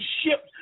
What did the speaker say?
ships